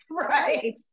Right